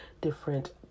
different